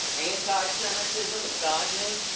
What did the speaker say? antisemitism. misogyny.